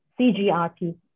CGRT